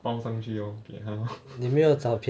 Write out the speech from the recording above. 包上去 lor 给他 lor